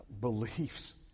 beliefs